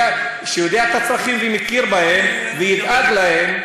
שיודע את הצרכים ומכיר בהם וידאג להם,